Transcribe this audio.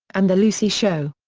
and the lucy show.